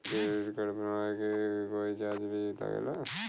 Credit card बनवावे के कोई चार्ज भी लागेला?